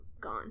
gone